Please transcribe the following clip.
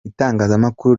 itangazamakuru